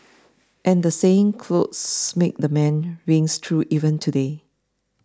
and the saying clothes make the man rings true even today